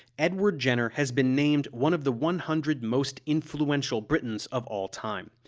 edward jenner has been named one of the one hundred most influential britons of all time.